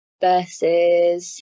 versus